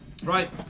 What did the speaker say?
right